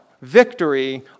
victory